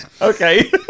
okay